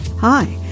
Hi